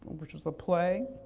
which was a play,